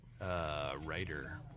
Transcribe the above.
writer